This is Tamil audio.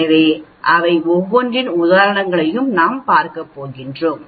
எனவே அவை ஒவ்வொன்றின் உதாரணங்களையும் நாம் பார்க்கப்போகிறோம்